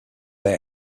they